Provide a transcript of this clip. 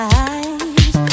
eyes